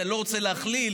אני לא רוצה להכליל,